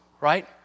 right